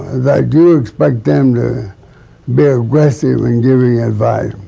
that i do expect them to be aggressive in giving advice.